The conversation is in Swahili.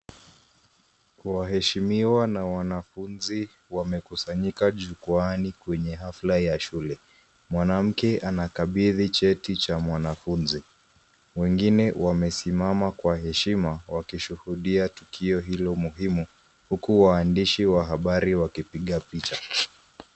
Waheshimiwa na wanafunzi wamekusanyika jukwaani kwenye hafla ya shule. Mwanamke anakabidhi cheti cha mwanafunzi. Wengine wamesimama kwa heshima wakishuhudia tukio hilo muhimu huku waandishi wa habari wakipiga picha.